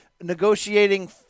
negotiating